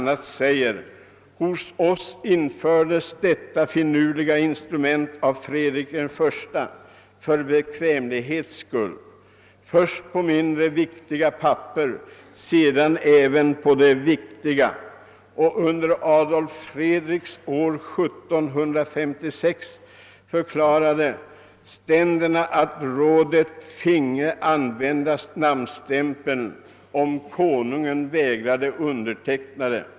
säger att hos oss infördes detta finurliga instrument av Fredrik I för bekvämlighets skull, först på mindre viktiga papper, sedan även på de viktiga. Under Adolf Fredrik: år 1756 förklarade ständerna att rådet fick använda namnstämpeln om konungen vägrade underteckna.